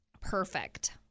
Perfect